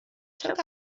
took